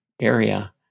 area